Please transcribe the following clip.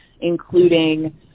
including